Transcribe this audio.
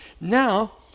Now